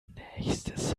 nächstes